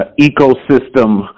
ecosystem